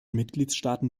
mitgliedstaaten